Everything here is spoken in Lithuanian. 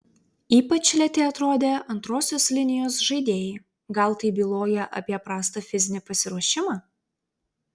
ypač lėti atrodė antrosios linijos žaidėjai gal tai byloja apie prastą fizinį pasiruošimą